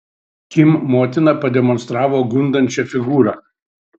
kim motina pademonstravo gundančią figūrą